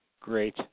great